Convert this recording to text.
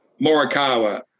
Morikawa